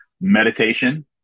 meditation